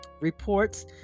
Reports